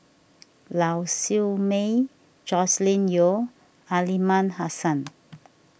Lau Siew Mei Joscelin Yeo and Aliman Hassan